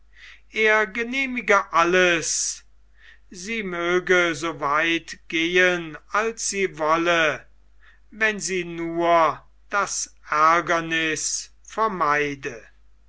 er genehmige alles sie möge so weit gehen als sie wolle wenn sie nur das aergerniß